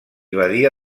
badia